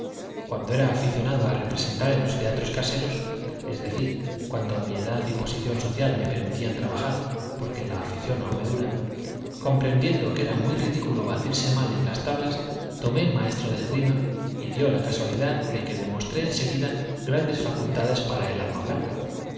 cuando era aficionado a representar en los teatros caseros es decir cuando mi edad y posición social me permitían trabajar porque la afición aún me dura comprendiendo que era muy ridículo batirse mal en las tablas tomé maestro de esgrima y dio la casualidad de que demostré en seguida grandes facultades para el arma blanca